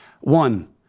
One